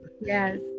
yes